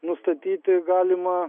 nustatyti galimą